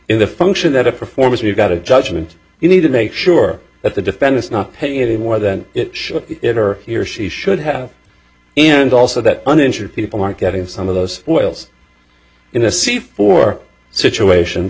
in the function that it performs we've got a judgement you need to make sure that the defendant's not paying any more than it or he or she should have and also that uninsured people aren't getting some of those wells in a c four situation the